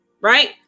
Right